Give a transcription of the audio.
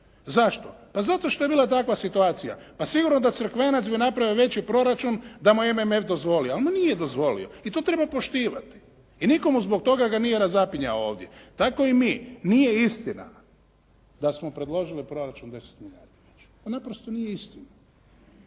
Zašto? Pa zato što je bila takva situacija. Pa sigurno da Crkvenac bi napravio veći proračun da mu je MMF dozvolio. Ali mu nije dozvolio i to treba poštivati. I nitko mu zbog toga ga nije razapinjao ovdje. Tako i mi. Nije istina da smo predložili proračun od 10 milijardi. To naprosto nije istina.